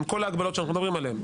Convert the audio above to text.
עם כל ההגבלות שאנחנו מדברים עליהם,